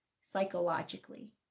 psychologically